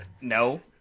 No